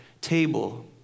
table